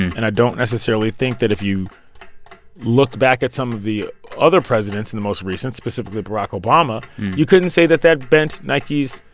and i don't necessarily think that if you looked back at some of the other presidents in the most recent specifically, barack obama you couldn't say that that bent nike's.